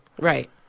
Right